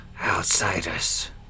outsiders